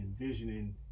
envisioning